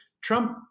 Trump